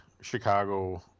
chicago